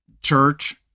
church